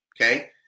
Okay